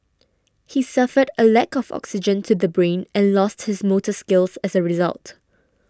he suffered a lack of oxygen to the brain and lost his motor skills as a result